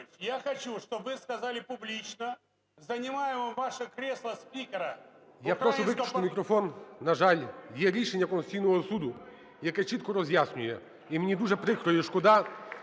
я хочу, чтобы вы сказали публично, занимаемое ваше кресло спикера… ГОЛОВУЮЧИЙ. Я прошу виключити мікрофон. На жаль, є рішення Конституційного Суду, яке чітко роз'яснює, і мені дуже прикро, і шкода,